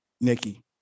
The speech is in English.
Nikki